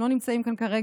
הם לא נמצאים כאן כרגע,